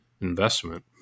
investment